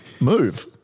move